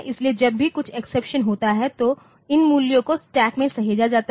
इसलिए जब भी कुछ एक्सेप्शन होता है तो इन मूल्यों को स्टैक में सहेजा जाता है